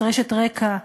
את רשת רק"ע,